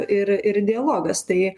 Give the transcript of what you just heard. ir ir dialogas tai